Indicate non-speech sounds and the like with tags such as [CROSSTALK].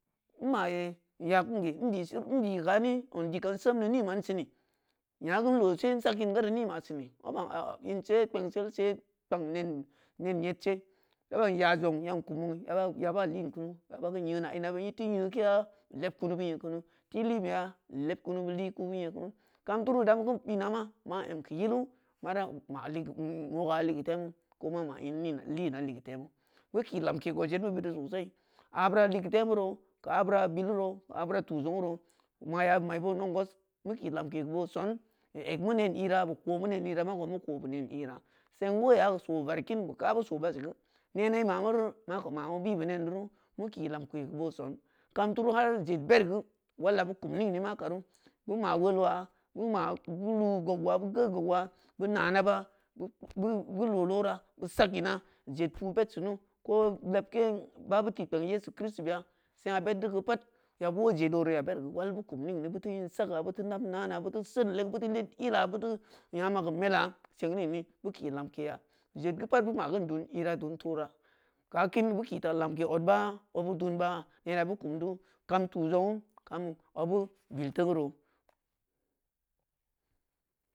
Nmayee nya kunge ndisin ndikami zang dii kam seun nii ma’n sini mjagu nloo see n sak in gareu nii mai sini ma ban aa inse kpengsel selkpang neen̄neen nyedse da ban n yaa zong yong kum zong yaba yaba an kunu yaba keun nyeuna ana bu iteu nyeukeya leb kunu beu nyeu kunu teu lin beya leb kunu beu lii ku bu nyeu ku kam turu bureu kam bina ma ma em geu yilu ma dam ma ligeu mwoga ligeu temu mu ki lamke geu odjedmu biɗ deu sosai abura legeu temu roo geu abura bilu roo geu abura tu zongnu roo maya bu mayi boo nengos ma kii lemke gu boo son i eg mu neen ira, bu ko mu neen ira, mako mu ko bu neen ira, song uleuya geu soo vareu kin bu kaabu soo baseu gu, neeno i mamu roo, mako mamu bi bu nenduru mu kii lamkei gu boo son, kam turu har zed beri geu wal yabu kum ningan makaru, mu ma uleutulo muma ma, lou luu gogula, bu geu gogula, bu naa naɓa, [HESITATION] bu loo lora, bu sak ina, zed puu beɗsunu, ko lebke baabutiikpeng kiristibeya, sengno beddi geu paɗ yaɓu uleu zed oreu ya beri geu ulal bu kum ningni buti in saga, buti nab nana, buti seutn legu buti neen ila buti yaa mageu mɗa seng ningni bu kii lemkeya, zed geu paɗ bu ma kin dun ira, du toora, geu akin bu kii ta lamke oɗba obu dumba neenu bu kumɗu, kam tu zongnu kam oɓu bil teungnu roo.